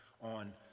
on